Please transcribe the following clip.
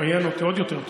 היה אלוף, עוד יותר טוב.